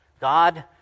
God